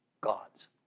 God's